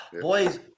Boys